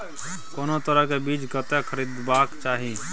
कोनो तरह के बीज कतय स खरीदबाक चाही?